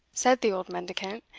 said the old mendicant,